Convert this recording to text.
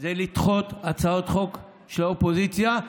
זה לדחות הצעות חוק של האופוזיציה,